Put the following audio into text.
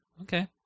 Okay